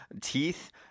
teeth